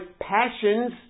passions